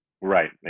Right